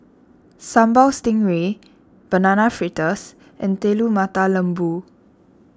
Sambal Stingray Banana Fritters and Telur Mata Lembu